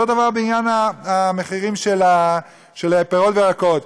אותו דבר בעניין המחירים של פירות וירקות.